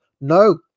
No